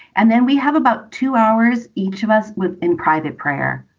and then we have about two hours, each of us with in private prayer,